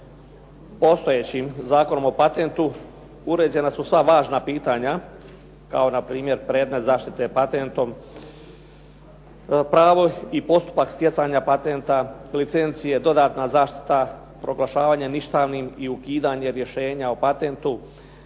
Postojećim Zakonom o patentu uređena su sva važna pitanja kao npr. predmet zaštite patentom, pravo i postupak stjecanja patenta, licencije, dodatna zaštita, proglašavanje ništavnim i ukidanje rješenje o patentu,